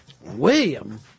William